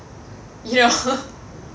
ya